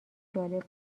جالب